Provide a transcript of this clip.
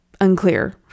unclear